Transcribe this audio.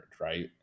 right